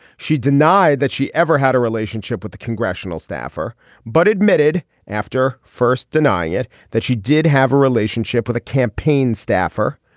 she denied that she ever had a relationship with a congressional staffer but admitted after first denying it that she did have a relationship with a campaign staffer.